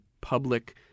public –